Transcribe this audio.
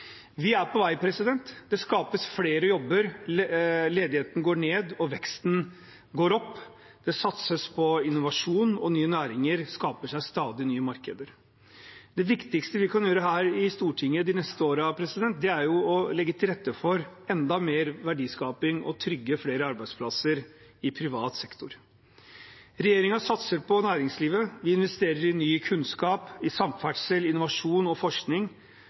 Vi er på vei – det skapes flere jobber, ledigheten går ned, og veksten går opp. Det satses på innovasjon, og nye næringer skaper stadig nye markeder. Det viktigste vi kan gjøre her i Stortinget de neste årene, er å legge til rette for enda mer verdiskaping og trygge flere arbeidsplasser i privat sektor. Regjeringen satser på næringslivet. Vi investerer i ny kunnskap, i samferdsel, innovasjon og forskning.